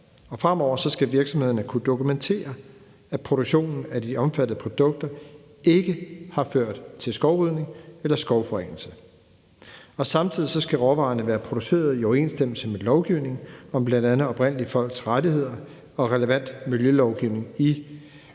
Fremover skal virksomhederne kunne dokumentere, at produktionen af de omfattede produkter ikke har ført til skovrydning eller skovforringelse. Og samtidig skal råvarerne være produceret i overensstemmelse med lovgivning om bl.a. oprindelige folks rettigheder og relevant miljølovgivning i